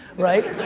right?